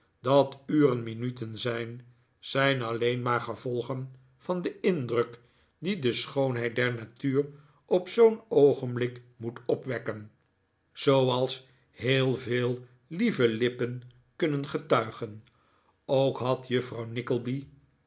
dat uren minuten zijn zijn alleen maar gevolgen van den indruk dien de schoonheid der natuur op zoo'n oogenblik moet opwekken zooals heel veel lieve lippen kunnen getuigen ook had juffrouw